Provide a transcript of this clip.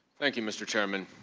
thank you mr. chairman.